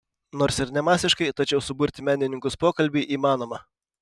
nors ir ne masiškai tačiau suburti menininkus pokalbiui įmanoma